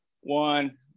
One